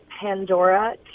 Pandora